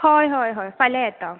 हय हय हय फाल्यां येता हांव